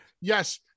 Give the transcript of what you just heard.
Yes